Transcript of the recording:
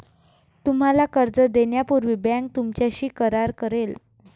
तुम्हाला कर्ज देण्यापूर्वी बँक तुमच्याशी करार करेल